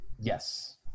yes